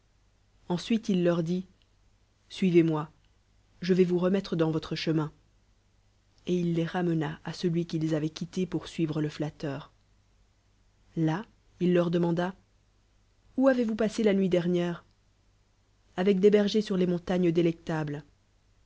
ensuite il leur dit suivez-moi je vais vous remetu e dans votre chemin et il les ramena à celui qu'ils avoient quitté pour suivre le flatteur là il leur demanda où avez-vous passé la nuit dernière avec des bergei s sur les montagnes délectables